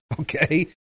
okay